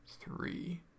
three